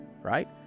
right